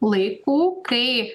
laikų kai